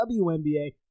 WNBA